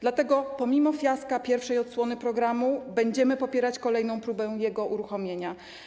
Dlatego pomimo fiaska pierwszej odsłony programu będziemy popierać kolejną próbę jego uruchomienia.